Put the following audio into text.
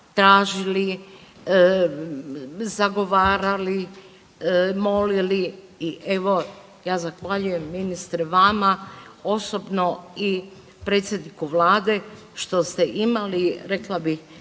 tražili, zagovarali, molili i evo, ja zahvaljujem ministre, vama osobno i predsjedniku Vlade što ste imali, rekla bih,